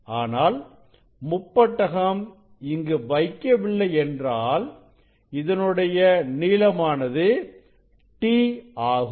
ஆனால் முப்பட்டகம் இங்கு வைக்க வில்லை என்றால் இதனுடைய நீளமானது t ஆகும்